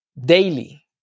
daily